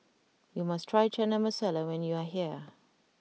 you must try Chana Masala when you are here